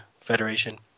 Federation